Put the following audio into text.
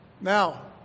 Now